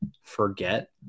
forget